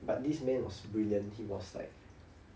but this man was brilliant he was like